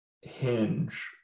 hinge